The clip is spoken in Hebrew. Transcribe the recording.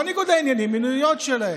לא ניגוד העניינים, המניעויות שלהם.